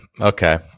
Okay